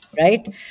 right